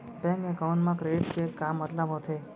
Bank account मा credit के का मतलब होथे?